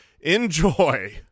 Enjoy